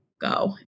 Go